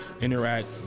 interact